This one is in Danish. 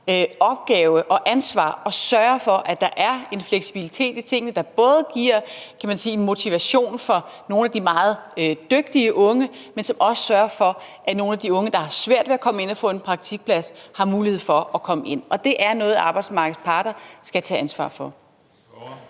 opgave og ansvar at sørge for, at der er en fleksibilitet i tingene, der både giver en motivation for nogle af de meget dygtige unge, men som også sørger for, at nogle af de unge, der har svært ved at komme ind og få en praktikplads, har en mulighed for at komme ind. Og det er noget, arbejdsmarkedets parter skal tage ansvar for.